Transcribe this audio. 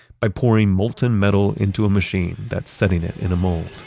by pouring molten metal into a machine that's setting it in a mold